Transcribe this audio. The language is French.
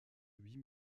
huit